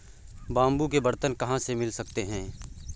Bamboo के बर्तन कहाँ से मिल सकते हैं?